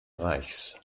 reichs